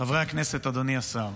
חברי הכנסת, אדוני השר,